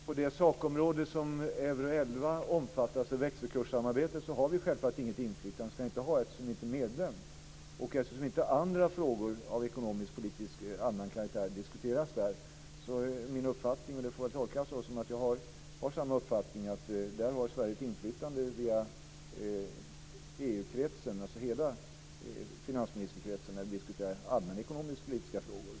Fru talman! På det sakområde som Euro 11 omfattas av växelkurssamarbete har vi självfallet inget inflytande och ska inte ha det eftersom Sverige inte är medlem. Och eftersom inte andra frågor av ekonomisk-politisk allmän karaktär diskuteras där är min uppfattning att Sverige har ett inflytande via EU kretsen, alltså hela finansministerkretsen, när vi diskuterar frågor av ekonomisk-politisk allmän karaktär. Det får väl tolkas som att jag har samma uppfattning som Leif Pagrotsky.